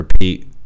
repeat